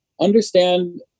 understand